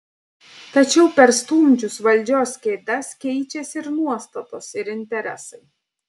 tačiau perstumdžius valdžios kėdes keičiasi ir nuostatos ir interesai